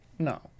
No